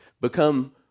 become